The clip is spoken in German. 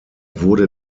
wurde